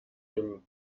dem